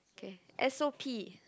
K S_O_P